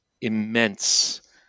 immense